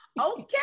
Okay